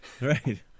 Right